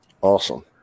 awesome